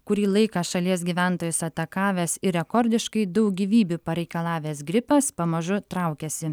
kurį laiką šalies gyventojus atakavęs ir rekordiškai daug gyvybių pareikalavęs gripas pamažu traukiasi